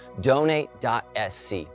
donate.sc